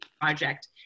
project